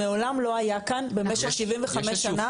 מעולם לא היה כאן במשך 75 שנה,